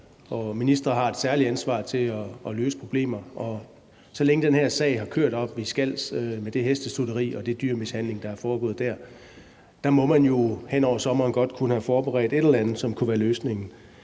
og ministre har et særligt ansvar for at løse problemer. Så længe den her sag har kørt oppe i Skals med det hestestutteri og den dyremishandling, der er foregået dér, må man jo hen over sommeren godt kunne have forberedt et eller andet, som kunne være løsningen.